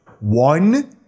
One